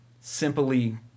simply